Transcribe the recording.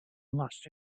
last